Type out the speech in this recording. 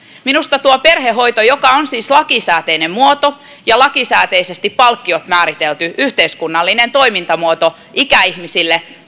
minusta tuo perhehoito joka on siis lakisääteinen muoto ja palkkiot on määritelty lakisääteisesti yhteiskunnallinen toimintamuoto ikäihmisille